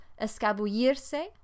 escabullirse